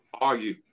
argue